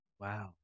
Wow